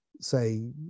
say